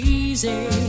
easy